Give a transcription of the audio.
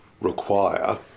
require